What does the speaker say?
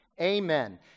amen